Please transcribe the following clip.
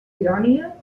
idònia